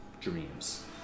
dreams